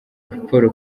paul